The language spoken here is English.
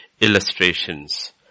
illustrations